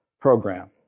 program